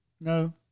no